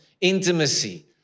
intimacy